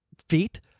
feet